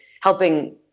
helping